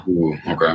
Okay